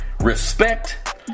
respect